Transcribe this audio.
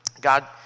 God